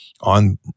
on